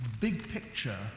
big-picture